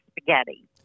spaghetti